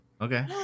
okay